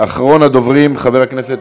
אחרון הדוברים, חבר הכנסת,